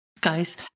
Guys